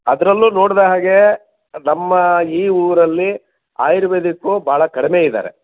ಅದರಲ್ಲೂ ನೋಡಿದ ಹಾಗೆ ನಮ್ಮ ಈ ಊರಲ್ಲಿ ಆಯುರ್ವೇದಿಕ್ಕು ಭಾಳ ಕಡಿಮೆ ಇದ್ದಾರೆ